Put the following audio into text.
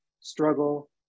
struggle